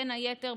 בין היתר,